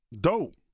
dope